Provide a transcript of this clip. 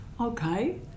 Okay